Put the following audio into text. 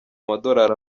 amadolari